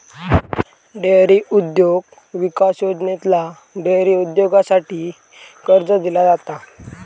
dairy उद्योग विकास योजनेतना डेअरी उद्योगासाठी कर्ज दिला जाता